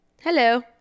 Hello